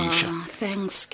Thanks